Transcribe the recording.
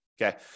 Okay